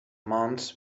months